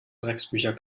drecksbücher